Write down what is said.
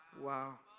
Wow